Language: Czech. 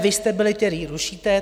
Vy jste byli, kteří rušíte.